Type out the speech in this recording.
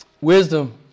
wisdom